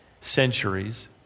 centuries